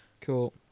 cool